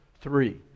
three